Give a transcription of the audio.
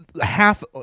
half